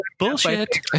Bullshit